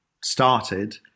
started